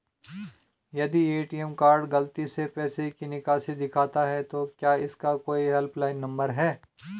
यदि ATM card गलती से पैसे की निकासी दिखाता है तो क्या इसका कोई हेल्प लाइन नम्बर है?